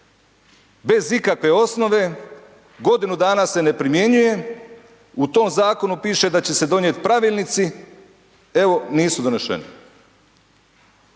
bez ikakve osnove, godinu dana se ne primjenjuje, u tom zakonu piše da će se donijeti pravilnici, evo nisu donešeni,